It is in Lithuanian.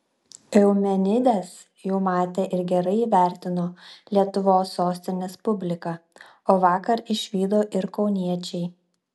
eumenides jau matė ir gerai įvertino lietuvos sostinės publika o vakar išvydo ir kauniečiai